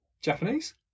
Japanese